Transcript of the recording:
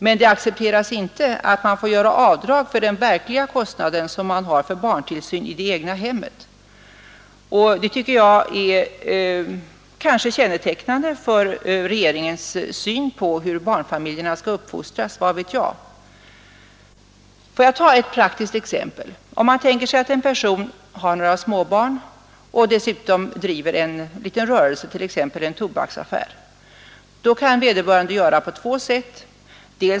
Men det accepteras inte att man får göra avdrag för den verkliga kostnad som man har för barntillsyn i det egna hemmet, och det är kanske kännetecknande för regeringens syn på hur barnen skall uppfostras — vad vet jag? Får jag ta ett praktiskt exempel. Om man tänker sig att en person har några småbarn och dessutom driver en liten rörelse, t.ex. en tobaksaffär, kan vederbörande göra på två sätt.